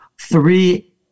Three